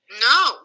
No